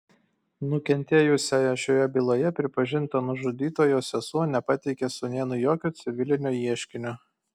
nukentėjusiąja šioje byloje pripažinta nužudytojo sesuo nepateikė sūnėnui jokio civilinio ieškinio